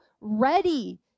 ready